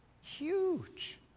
Huge